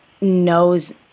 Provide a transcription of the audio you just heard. knows